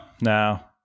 no